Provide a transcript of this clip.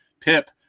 Pip